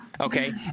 okay